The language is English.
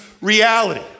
reality